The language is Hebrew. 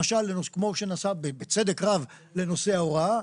כמו שלמשל נעשה ובצדק רב, לנושא ההוראה.